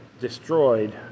destroyed